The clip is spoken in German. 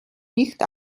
nicht